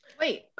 Wait